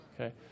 Okay